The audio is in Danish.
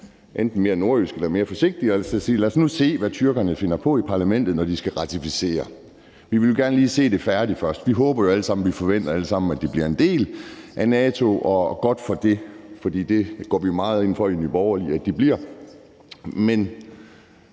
enten lidt mere nordjyske eller mere forsigtige og siger: Lad os nu se, hvad tyrkerne finder på i parlamentet, når de skal ratificere det. Vi vil gerne lige se det færdigt først. Vi håber jo alle sammen og forventer alle sammen, at de bliver en del af NATO – og godt for det, for det går vi jo meget ind for i Nye Borgerlige at de bliver. Men